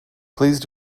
please